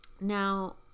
Now